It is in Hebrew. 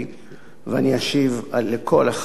אני אשיב על כל אחת מהשאלות.